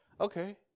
Okay